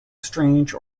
strange